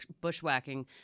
bushwhacking